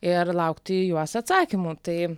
ir laukti į juos atsakymų tai